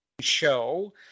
show